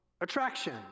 attraction